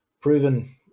proven